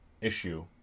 issue